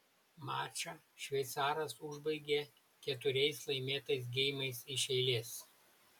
mačą šveicaras užbaigė keturiais laimėtais geimais iš eilės